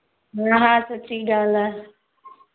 हा हा सची ॻाल्हि आहे